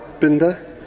Binder